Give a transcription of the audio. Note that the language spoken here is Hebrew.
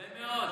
הרבה מאוד.